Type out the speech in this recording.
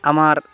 আমার